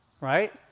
right